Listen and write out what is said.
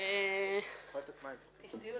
שתי עמודות: טור א'